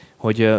Hogy